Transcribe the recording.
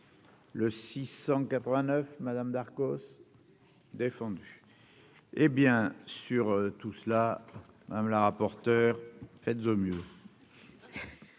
Le six 89 madame Darcos défendu et bien sûr tout cela, madame la rapporteure faites au mieux.